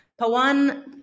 Pawan